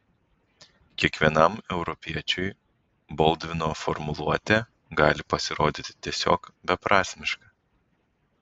kiekvienam europiečiui boldvino formuluotė gali pasirodyti tiesiog beprasmiška